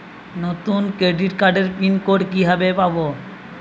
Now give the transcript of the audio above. নতুন ক্রেডিট কার্ডের pin code কিভাবে পাব?